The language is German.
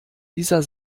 dieser